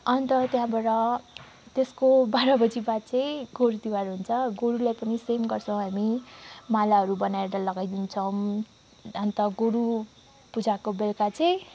अन्त त्यहाँबाट त्यसको बाह्र बजी बाद चाहिँ गोरु तिहार हुन्छ गोरुलाई पनि सेम गर्छौँ हामी मालाहरू बनाएर लगाइदिन्छौँ अन्त गोरु पूजाको बेलुका चाहिँ